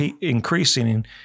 increasing